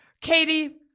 Katie